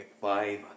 five